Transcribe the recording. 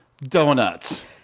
donuts